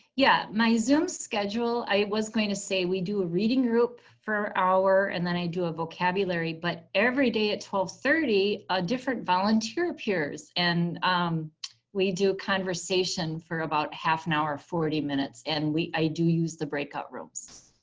yeah my zoom schedule i was going to say we do a reading group for an hour and then i do a vocabulary. but everyday at twelve thirty, a different volunteer appears. and we do conversation for about half an hour, forty minutes and i do use the breakout rooms.